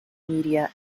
media